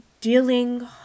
dealing